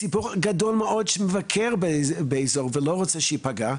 וציבור גדול מאוד שמבקר באזור ולא רוצה שייפגע.